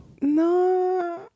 No